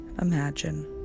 imagine